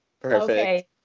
Perfect